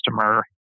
customer